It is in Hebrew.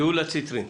גאולה ציטרינוביץ.